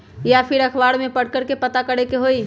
या फिर अखबार में पढ़कर के पता करे के होई?